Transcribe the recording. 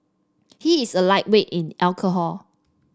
he is a lightweight in alcohol